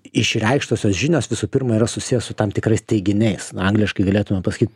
išreikštosios žinios visų pirma yra susiję su tam tikrais teiginiais angliškai galėtumėm pasakyt